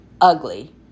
ugly